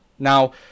Now